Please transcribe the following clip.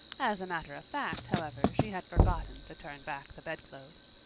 as a matter of fact, however, she had forgotten to turn back the bedclothes.